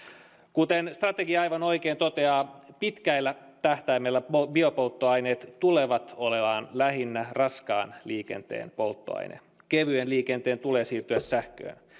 kuten strategia aivan oikein toteaa pitkällä tähtäimellä biopolttoaineet tulevat olemaan lähinnä raskaan liikenteen polttoaine kevyen liikenteen tulee siirtyä sähköön